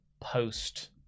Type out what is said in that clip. post